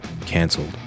cancelled